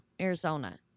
arizona